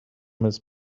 his